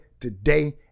today